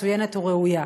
מצוינת וראויה.